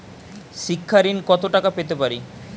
শিক্ষা ঋণ কত টাকা পেতে পারি?